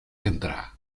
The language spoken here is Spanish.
vendrá